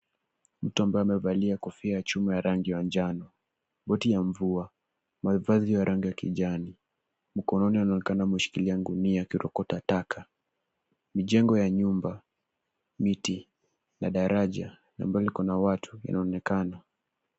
Mtu ambaye amevalia kofia ya chuma ya rangi ya njano, koti ya mvua, mavazi ya rangi ya kijani ,mkononi anaonekana ameshikilia gunia akirokota taka. Mijengo ya nyumba, miti na daraja, ambalo liko na watu, linaonekana.